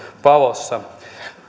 valossa